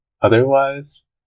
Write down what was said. Otherwise